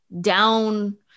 down